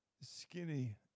skinny